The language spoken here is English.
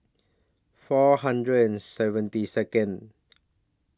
four hundred and seventy Second